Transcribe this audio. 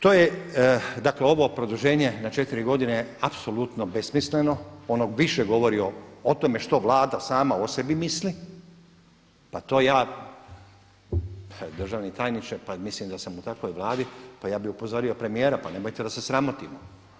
To je, dakle ovo produženje na 4 godine je apsolutno besmisleno, ono više govori o tome što Vlada sama o sebi misli pa to ja državni tajniče, pa mislim da sam u takvoj Vladi pa ja bi upozorio premijera pa nemojte da se sramotimo.